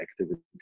activities